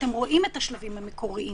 כשאתם רואים את השלבים המקוריים